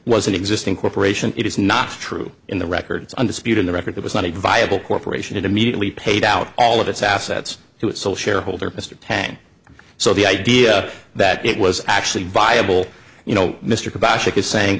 an existing corporation it is not true in the records undisputed the record it was not a viable corporation it immediately paid out all of its assets to it so shareholder mr tang so the idea that it was actually viable you know mr